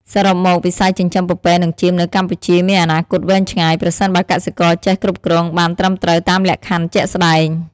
សរុបមក វិស័យចិញ្ចឹមពពែនិងចៀមនៅកម្ពុជាមានអនាគតវែងឆ្ងាយ ប្រសិនបើកសិករចេះគ្រប់គ្រងបានត្រឹមត្រូវតាមលក្ខខណ្ឌជាក់ស្តែង។